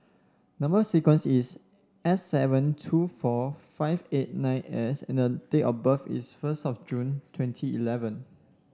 number sequence is S seven two four five eight nine S and the date of birth is first of June twenty eleven